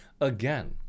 again